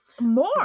more